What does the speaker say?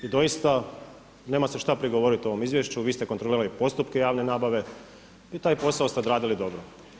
I doista nema se šta prigovoriti ovom izvješću, vi ste kontrolirali postupke javne nabave i taj posao ste obavili dobro.